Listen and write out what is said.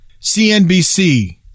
CNBC